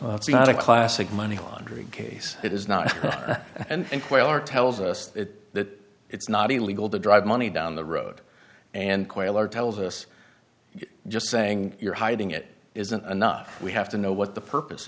a classic money laundering case it is not and quaoar tells us that it's not illegal to drive money down the road and quail are tells us just saying you're hiding it isn't enough we have to know what the purpose